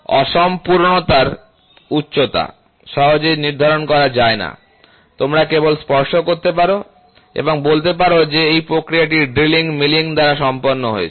অসম্পূর্ণতার উচ্চতা সহজেই নির্ধারণ করা যায় না তোমরা কেবল স্পর্শ করতে পার এবং বলতে পার যে এই প্রক্রিয়াটি ড্রিলিং মিলিং দ্বারা সম্পন্ন হয়েছে